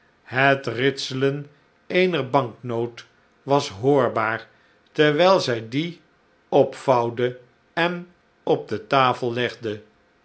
het ritselen eener banknoot was hoorbaar terwijl zij die openvouwde en op de tafel legde